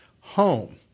home